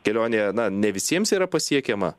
kelionė na ne visiems yra pasiekiama